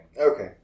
okay